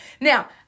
Now